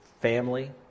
family